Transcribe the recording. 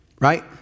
right